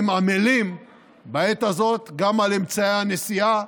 והם עמלים בעת הזאת גם על אמצעי הנשיאה,